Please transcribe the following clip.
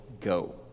go